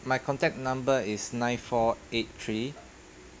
my contact number is nine four eight three